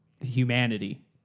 humanity